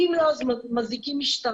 כי אם לא אז מזעיקים משטרה.